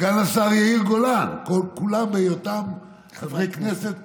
סגן השר יאיר גולן, כולם בהיותם חברי כנסת פעילים,